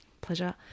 Pleasure